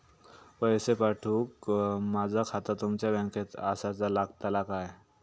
पैसे पाठुक माझा खाता तुमच्या बँकेत आसाचा लागताला काय?